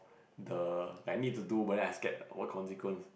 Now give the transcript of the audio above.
the need to do but then I scared what consequence